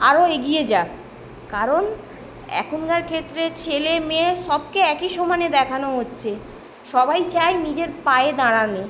আরও এগিয়ে যাক কারণ এখনকার ক্ষেত্রে ছেলে মেয়ে সবকে একই সমানে দেখানো হচ্ছে সবাই চায় নিজের পায়ে দাঁড়ানে